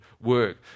work